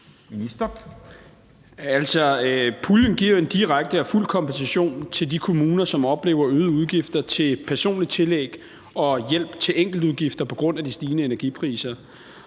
puljen giver jo en direkte og fuld kompensation til de kommuner, som oplever øgede udgifter til personligt tillæg og hjælp til enkeltudgifter på grund af de stigende energipriser.